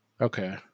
Okay